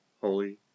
holy